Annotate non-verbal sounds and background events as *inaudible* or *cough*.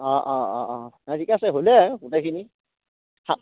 অঁ অঁ অঁ অঁ নাই ঠিকে আছে হ'লেই গোটেইখিনি *unintelligible*